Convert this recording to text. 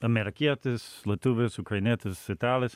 amerikietis lietuvis ukrainietis italas